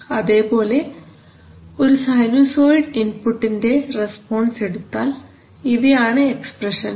അതേപോലെ ഒരു സൈനുസോയ്ഡ് ഇൻപുട്ടിന്റെ റെസ്പോൺസ് എടുത്താൽ ഇവയാണ് എക്സ്പ്രഷൻസ്